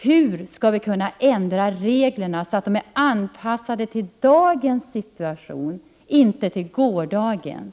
Hur skall vi kunna ändra reglerna, så att de anpassas till dagens situation, och inte till gårdagens?